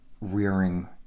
rearing